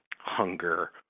hunger –